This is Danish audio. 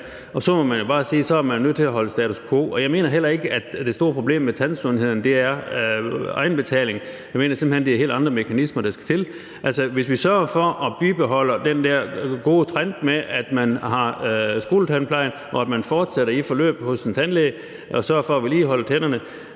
og så må man jo bare sige, at så er man nødt til at holde status quo. Jeg mener heller ikke, at det store problem med tandsundheden er egenbetaling. Jeg mener simpelt hen, det er helt andre mekanismer, der skal til. Hvis vi sørger for at bibeholde den der gode trend med, at man har skoletandplejen, og at man fortsætter i et forløb hos en tandlæge og sørger for at vedligeholde tænderne